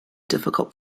difficult